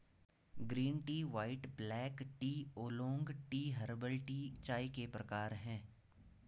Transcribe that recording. green tea white black tea oolong tea herbal tea चाय के प्रकार है